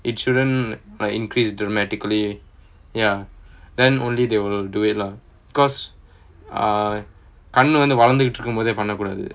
it shouldn't like increase dramatically ya then only they will do it lah because ah கண்ணு வந்து வளந்துட்டு இருக்கும் போதே பண்ண கூடாது:kannu vanthu valanthutu irukum pothae panna kudaathu